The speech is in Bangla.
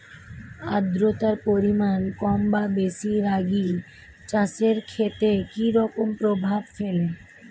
আদ্রতার পরিমাণ কম বা বেশি রাগী চাষের ক্ষেত্রে কি রকম প্রভাব ফেলে?